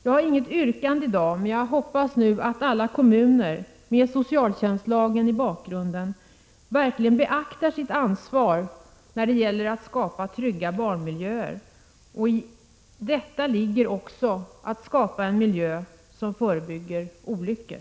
Jag har inget yrkade i dag, men jag hoppas att alla kommuner med socialtjänstlagen i bakgrunden verkligen beaktar sitt ansvar när det gäller att skapa trygga barnmiljöer. I detta ligger också att skapa en miljö som förebygger olyckor.